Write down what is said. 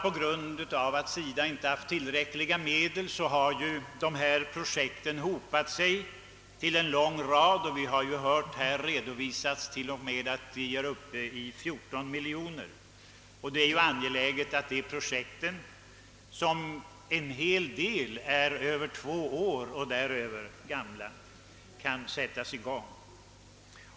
På grund av att SIDA inte haft tillräckliga medel har ju dessa projekt hopat sig till en lång rad. Vi har hört här att det t.o.m. gäller 14 miljoner kronor. Det är angeläget att dessa projekt, av vilka en hel del är över två år gamla, kan sättas i gång.